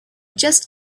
just